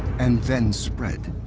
and then spread.